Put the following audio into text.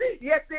yes